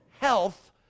health